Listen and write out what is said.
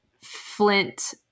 Flint